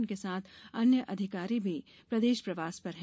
उनके साथ अन्य अधिकारी भी प्रदेश दौरे पर है